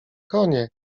konie